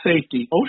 safety